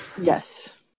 Yes